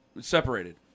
separated